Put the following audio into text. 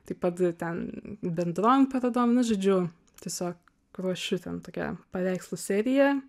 taip pat ten bendrom parodom nu žodžiu tiesiog ruošiu ten tokią paveikslų seriją